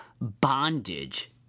bondage